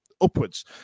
upwards